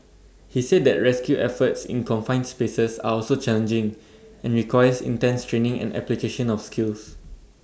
he said that rescue efforts in confined spaces are also challenging and requires intense training and application of skills